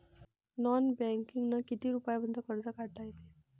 Non बँकिंगनं किती रुपयापर्यंत कर्ज काढता येते?